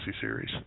Series